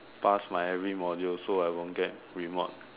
pass my every module so I don't get remode